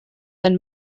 and